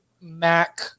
Mac